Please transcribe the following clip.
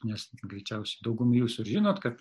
nes greičiausiai dauguma jūsų ir žinot kad